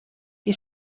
qui